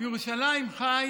בירושלים חי